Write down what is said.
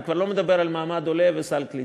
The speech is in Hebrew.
אני כבר לא מדבר על מעמד עולה וסל קליטה.